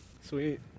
Sweet